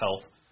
health